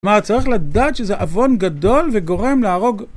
מה, אתה צריך לדעת שזה אבון גדול וגורם להרוג...